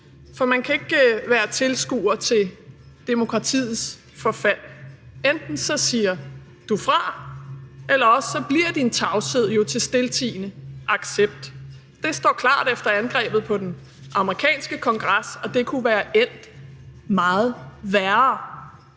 For man kan ikke være tilskuer til demokratiets forfald. Enten siger du fra, eller også bliver din tavshed jo til stiltiende accept. Det står klart efter angrebet på Kongressen i USA, og det kunne være endt meget værre.